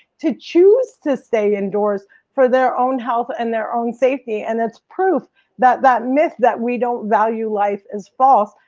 to choose to stay indoors for their own health and their own safety, and it's it's proof that that myth that we don't value life is false.